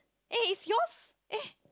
eh is yours eh